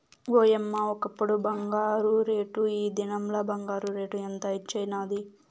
ఓయమ్మ, ఒకప్పుడు బంగారు రేటు, ఈ దినంల బంగారు రేటు ఎంత హెచ్చైనాది